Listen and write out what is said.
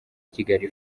kigali